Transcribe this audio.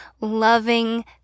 loving